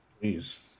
Please